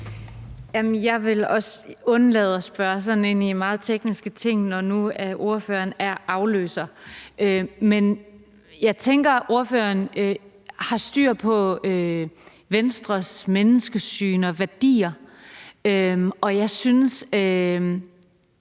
jeg vil også undlade at spørge til sådan meget tekniske ting, når nu ordføreren er afløser. Men jeg tænker, at ordføreren har styr på Venstres menneskesyn og værdier, og jeg synes,